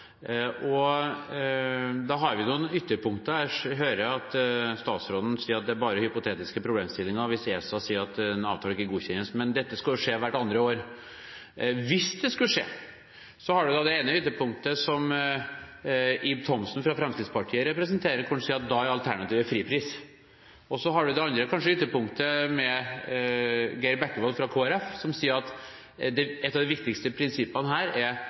ESA. Da har vi noen ytterpunkter. Jeg hørte statsråden si at det bare er hypotetiske problemstillinger – hvis ESA sier at en avtale ikke godkjennes. Men dette skal jo skje hvert andre år. Hvis det skulle skje, har vi da det ene ytterpunktet som Ib Thomsen fra Fremskrittspartiet representerer; han sier at da er alternativet fripris. Så har vi kanskje det andre ytterpunktet, med Geir Jørgen Bekkevold fra Kristelig Folkeparti, som sier at et av de viktigste prinsippene her er